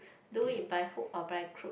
do it by hook or by crook